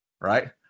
right